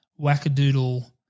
wackadoodle